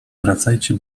powracajcie